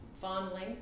fondling